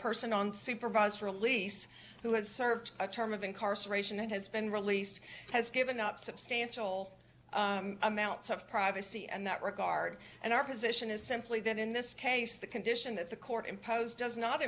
person on supervised release who has served a term of incarceration and has been released has given up substantial amounts of privacy and that regard and our position is simply that in this case the condition that the court imposed does not